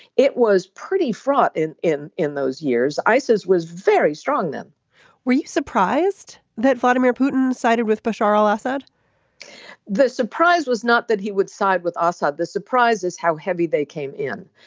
it was pretty fraught in in in those years. isis was very strong then were you surprised that vladimir putin sided with bashar al-assad the surprise was not that he would side with assad. the surprise is how heavy they came in.